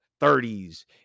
30s